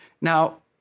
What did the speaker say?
Now